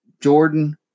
jordan